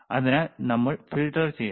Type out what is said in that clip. അതിനാൽ നമ്മൾ ഫിൽട്ടർ ചെയ്യണം